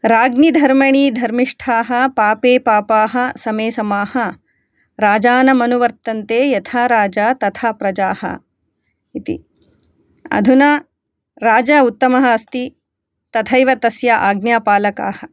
राज्ञि धर्मणि धर्मिष्ठाः पापे पापाः समे समाः राजानमनुवर्तन्ते यथा राजा तथा प्रजाः इति अधुना राजा उत्तमः अस्ति तथैव तस्य आज्ञापालकाः